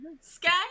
Sky